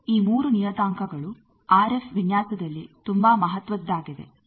ಆದ್ದರಿಂದ ಈ 3 ನಿಯತಾಂಕಗಳು ಆರ್ಎಫ್ವಿನ್ಯಾಸದಲ್ಲಿ ತುಂಬಾ ಮಹತ್ವದ್ದಾಗಿದೆ